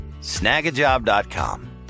Snagajob.com